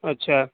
اچھا